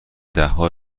دهها